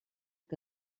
que